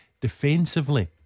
Defensively